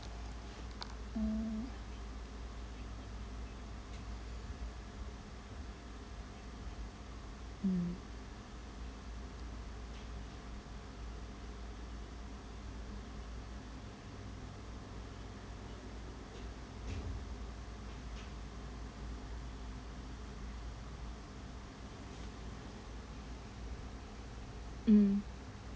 mm mmhmm mm